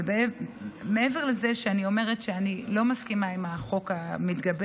אבל מעבר לזה שאני אומרת שאני לא מסכימה עם החוק המתגבש,